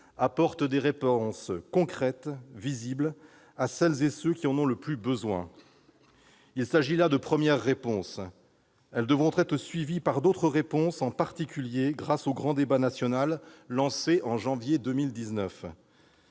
apporte des réponses concrètes, visibles, à celles et ceux qui en ont le plus besoin. Il s'agit là de premières réponses. Elles devront être suivies par d'autres, en particulier grâce au grand débat national qui sera lancé en janvier 2019.